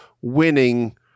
winning